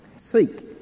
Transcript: seek